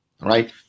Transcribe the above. right